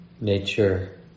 nature